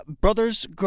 brother's